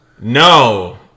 No